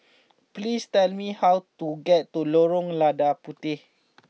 please tell me how to get to Lorong Lada Puteh